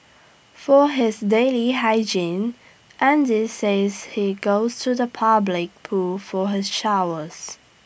for his daily hygiene Andy says he goes to the public pool for his showers